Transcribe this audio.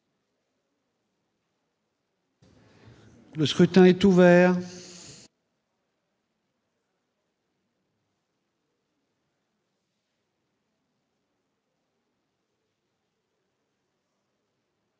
Le scrutin est ouvert.